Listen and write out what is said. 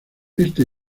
esta